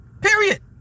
Period